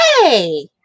hey